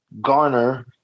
garner